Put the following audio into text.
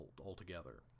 altogether